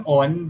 on